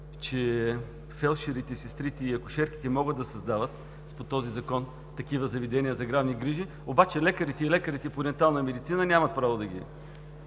че фелдшерите, сестрите и акушерките могат да създават по този закон такива заведения за здравни грижи, обаче лекарите и лекарите по дентална медицина нямат право да ги